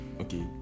okay